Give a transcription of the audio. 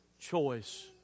choice